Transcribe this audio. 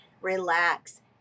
relax